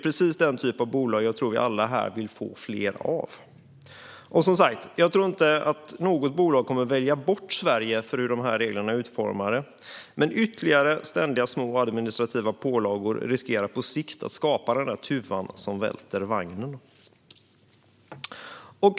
Precis denna typ av bolag tror jag att vi alla här vill få fler av. Jag tror, som sagt, inte att något bolag kommer att välja bort Sverige på grund av hur de här reglerna är utformade, men ytterligare ständiga små administrativa pålagor riskerar på sikt att skapa tuvan som välter lasset.